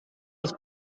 het